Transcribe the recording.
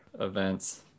events